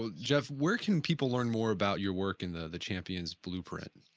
ah jeff, where can people learn more about your work and the the champions blueprint?